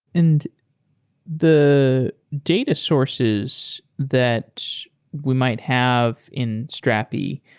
and the data sources that we might have in strapi,